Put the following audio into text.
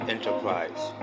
Enterprise